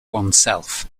oneself